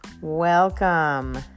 welcome